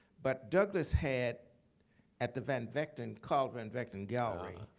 but douglas had at the van vechten carl van vechten gallery,